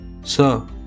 Sir